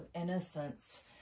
innocence